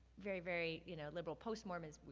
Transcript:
very, very you know liberal, post mormons,